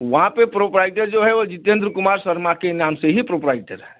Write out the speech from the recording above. वहाँ पे प्रोप्राइटर जो है वो जीतेन्द्र कुमार शर्मा के नाम से ही प्रोप्राइटर है